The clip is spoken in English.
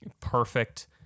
perfect